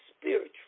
spiritual